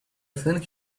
think